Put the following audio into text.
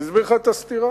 אסביר לך את הסתירה.